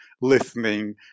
listening